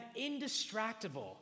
indistractable